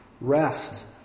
Rest